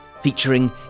featuring